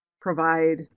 provide